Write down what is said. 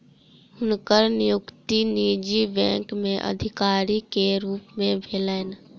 हुनकर नियुक्ति निजी बैंक में अधिकारी के रूप में भेलैन